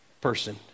person